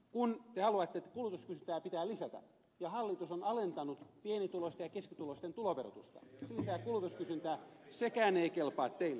kun te haluatte että kulutuskysyntää pitää lisätä ja hallitus on alentanut pienituloisten ja keskituloisten tuloverotusta mikä lisää kulutuskysyntää sekään ei kelpaa teille